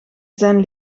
zijn